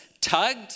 tugged